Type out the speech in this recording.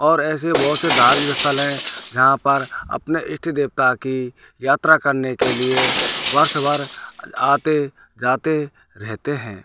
और ऐसे बहुत से धार्मिक स्थल हैं जहाँ पर अपने इष्ट देवता की यात्रा करने के लिए वर्ष भर आते जाते रहते हैं